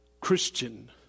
Christian